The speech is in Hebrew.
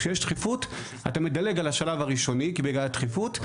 כשיש דחיפות אתה מדלג על השלב הראשוני בגלל הדחיפות,